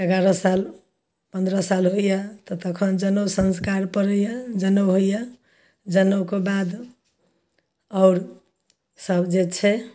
एगारह साल पन्द्रह साल होइए तऽ तखन जनऊ संस्कार पड़ैए जनऊ होइए जनऊके बाद आओर सब जे छै